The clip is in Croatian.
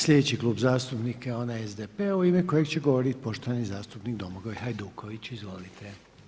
Sljedeći Klub zastupnika je onaj SDP-a u ime kojeg će govorit poštovani zastupnik Domagoj Hajduković, izvolite.